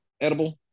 edible